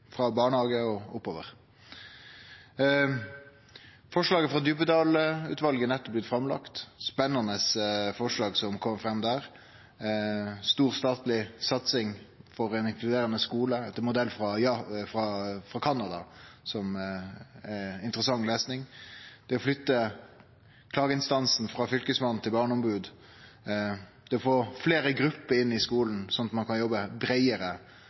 frå barnehage og oppover. Utgreiinga frå Djupedal-utvalet er nettopp blitt framlagd. Det var spennande forslag som kom fram der. Det omhandlar stor statleg satsing på ein inkluderande skule, etter modell frå Canada, som er interessant lesing, det å flytte klageinstansen frå Fylkesmannen til Barneombodet, det å få fleire grupper inn i skulen, slik at ein kan jobbe breiare